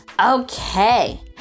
okay